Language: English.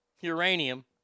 uranium